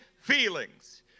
feelings